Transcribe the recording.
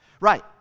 right